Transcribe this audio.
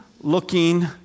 looking